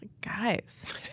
Guys